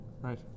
Right